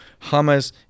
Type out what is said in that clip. Hamas